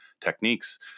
techniques